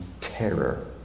terror